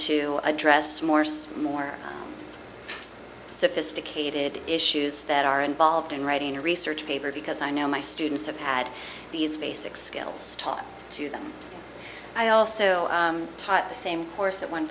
to address morse more sophisticated issues that are involved in writing a research paper because i know my students have had these basic skills taught to them i also taught the same course at one